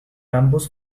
ambos